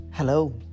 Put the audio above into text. Hello